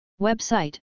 Website